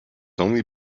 only